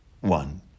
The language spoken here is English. one